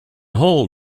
hull